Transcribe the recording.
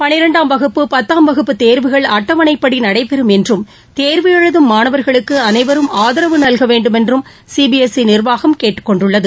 பளிரெண்டாம் வகுப்பு பத்தாம் வகுப்பு தேர்வுகள் அட்டவணைப்படி நடைபெறும் என்றும் தேர்வு எழுதம் மாணவர்களுக்கு அனைவரும் ஆதரவு நல்க வேண்டுமென்றம் சிபிஐசி நிர்வாகம் கேட்டுக்கொண்டுள்ளது